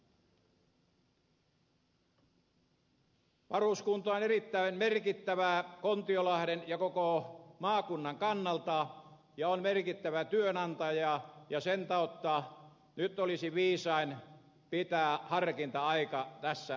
varuskunta on erittäin merkittävä kontiolahden ja koko maakunnan kannalta ja on merkittävä työnantaja ja sen kautta nyt olisi viisainta pitää harkinta aika tässä toimenpiteessä